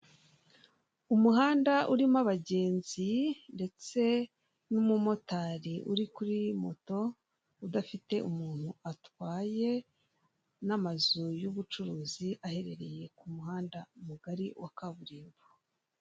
Umuhanda urimo abagenzi ndetse n'umumotari uri kuri moto udafite umuntu atwaye, n'amazu y'ubucuruzi aherereye ku muhanda mugari wa kaburimbo.